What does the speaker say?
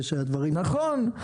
נכון,